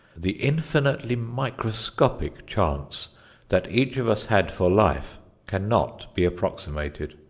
the infinitely microscopic chance that each of us had for life cannot be approximated.